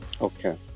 Okay